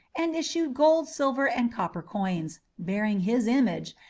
and issued gold, silver, and copper coins, bearing his image,